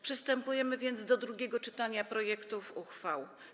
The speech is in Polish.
Przystępujemy więc do drugiego czytania projektów uchwał.